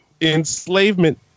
enslavement